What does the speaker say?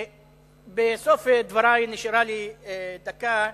בסוף דברי, נשארה לי דקה,